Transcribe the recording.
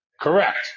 Correct